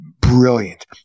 brilliant